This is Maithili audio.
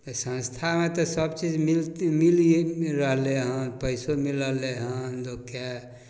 तऽ संस्थामे तऽ सभचीज मिलिते मिलिए रहलै हँ पइसो मिलि रहलै हँ लोकके